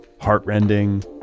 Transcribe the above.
heartrending